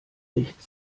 nicht